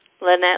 Lynette